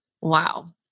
Wow